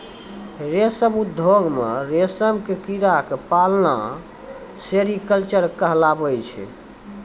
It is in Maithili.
रेशम उद्योग मॅ रेशम के कीड़ा क पालना सेरीकल्चर कहलाबै छै